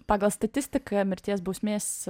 pagal statistiką mirties bausmės